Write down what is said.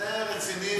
זה רציני,